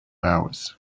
hours